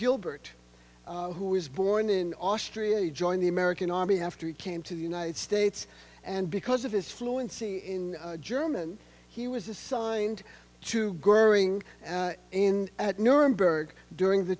gilbert who was born in austria he joined the american army after he came to the united states and because of his fluency in german he was assigned to growing in at nuremberg during the